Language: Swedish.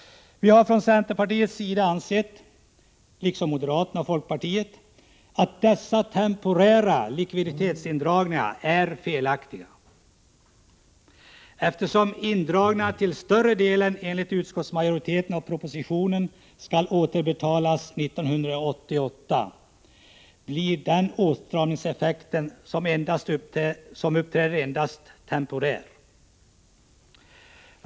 Vi har från centerpartiets sida ansett — liksom moderaterna och folkpartiet — att dessa temporära likviditetsindragningar är felaktiga. Eftersom indragningarna till större delen enligt utskottsmajoriteten och propositionen skall återbetalas 1988, blir den åtstramningseffekt som uppträder endast temporär.